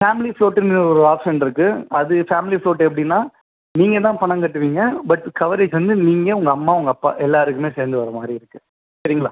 family ஃப்ளோட்டுங்கிற ஒரு option இருக்குது அது ஃபேமிலி ஃப்ளோட் எப்படினா நீங்கள் தான் பணம் கட்டுவீங்கள் பட் கவரேஜ் வந்து நீங்கள் உங்கள் அம்மா உங்கள் அப்பா எல்லாருக்குமே சேர்ந்து வர மாதிரி இருக்குது சரிங்களா